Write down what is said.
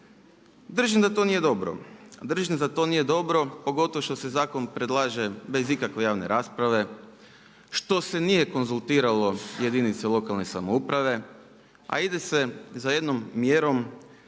državnog proračuna. Držim da to nije dobro pogotovo što se zakon predlaže bez ikakve javne rasprave, što se nije konzultiralo jedinice lokalne samouprave, a ide se za jednom mjerom